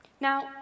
Now